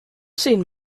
seen